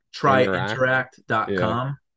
tryinteract.com